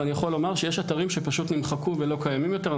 ואני יכול לומר שיש אתרים שפשוט נמחקו ולא קיימים יותר.